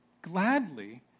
Gladly